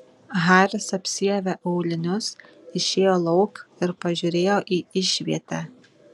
haris apsiavė aulinius išėjo lauk ir pažiūrėjo į išvietę